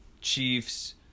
Chiefs